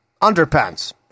Underpants